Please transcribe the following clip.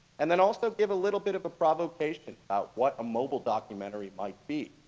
and then also give a little bit of a provocation about what a mobile documentary might be.